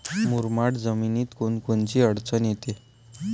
मुरमाड जमीनीत कोनकोनची अडचन येते?